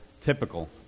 typical